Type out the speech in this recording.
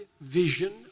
vision